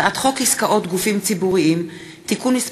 הצעת חוק עסקאות גופים ציבוריים (תיקון מס'